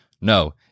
No